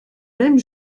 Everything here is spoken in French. même